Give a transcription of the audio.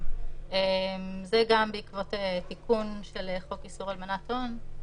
כנהנים"; זה גם בעקבות תיקון של חוק איסור הלבנת הון.